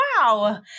Wow